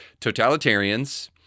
totalitarians